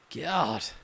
God